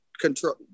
control